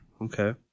Okay